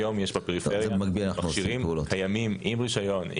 גם היום יש בפריפריה מכשירים קיימים, עם רישיון.